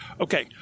Okay